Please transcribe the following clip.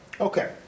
Okay